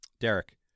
Derek